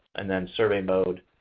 and then, survey mode,